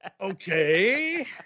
okay